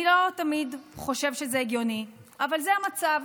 אני לא תמיד חושב שזה הגיוני, אבל זה המצב.